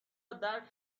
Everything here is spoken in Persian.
درک